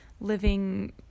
living